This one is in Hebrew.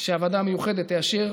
שהוועדה המיוחדת תאשר.